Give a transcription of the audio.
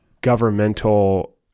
governmental